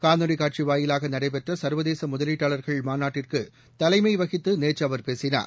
காணொலிகாட்சிவாயிலாகநடைபெற்றசர்வதேசமுதலீட்டாளர்கள் மாநாட்டுக்குத் தலைமைவகித்துநேற்றுஅவர் பேசினார்